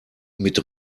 mit